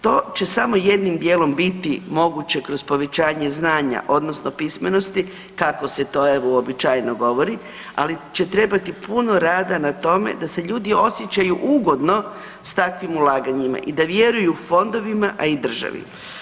To će samo jednim dijelom biti moguće kroz povećanje znanja odnosno pismenosti kako se to evo uobičajeno govori, ali će trebati puno rada na tome da se ljudi osjećaju ugodno s takvim ulaganjima i da vjeruju fondovima, a i državi.